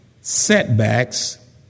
setbacks